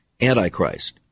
Antichrist